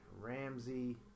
Ramsey